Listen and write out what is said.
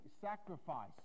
sacrifice